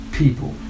people